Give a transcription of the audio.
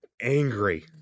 angry